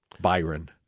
Byron